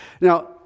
Now